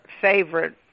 favorite